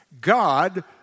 God